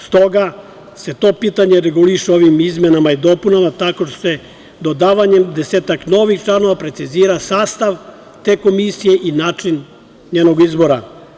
Stoga se to pitanje reguliše ovim izmenama i dopunama tako što se dodavanjem desetak novih članova precizira sastav te Komisije i način njenog izbora.